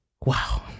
Wow